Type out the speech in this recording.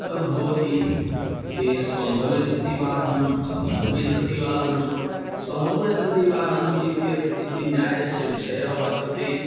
तद्भवति ए सम्भवे सति वाचनम् असम्भवे सतिवाधनं सम्भवे सति वाधनम् इत्येतत् इति न्यायस्य विषयः वर्तते